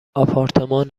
آپارتمان